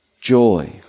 joy